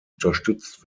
unterstützt